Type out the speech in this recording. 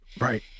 right